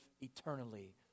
eternally